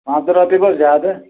پانٛژھ تٕرٛہ رۄپیہِ گوٚو زیادٕ